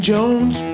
Jones